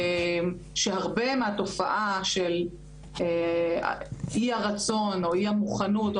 שהרבה מהתופעה של אי הרצון או אי המוכנות או